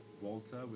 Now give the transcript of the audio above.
Walter